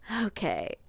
okay